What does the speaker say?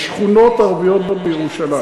בשכונות ערביות בירושלים.